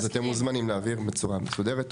אז אתם מוזמנים להעביר בצורה מסודרת.